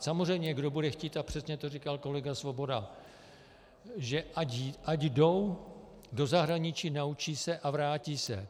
Samozřejmě, kdo bude chtít, a přesně to říkal kolega Svoboda, ať jdou do zahraničí, naučí se a vrátí se.